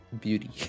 beauty